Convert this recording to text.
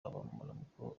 amaramuko